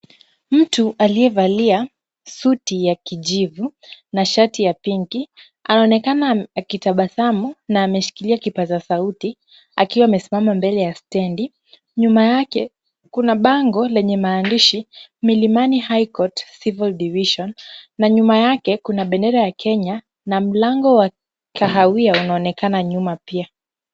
Mtu aliyevalia suti ya kijivu na shati ya pinki, anaonekana akitabasamu na ameshikilia kipasa sauti akiwa amesimama mbele ya stendi. Nyuma yake kuna bango lenye maandishi Milimani High Court Civil Division na nyuma yake kuna bendera ya Kenya na mlango wa kahawia unaonekana nyuma pia.